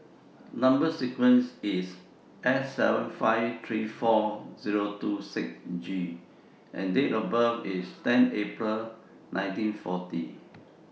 Number sequence IS S seven five three four Zero two six G and Date of birth IS ten April nineteen forty